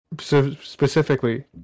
specifically